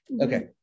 okay